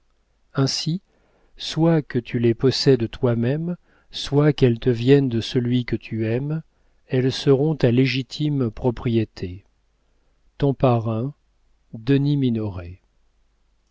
ainsi soit que tu les possèdes toi-même soit qu'elles te viennent de celui que tu aimes elles seront ta légitime propriété ton parrain